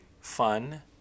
fun